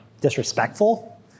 disrespectful